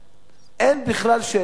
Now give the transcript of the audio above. אין שאלה בדבר הזה.